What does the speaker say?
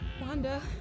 Wanda